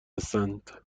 هستند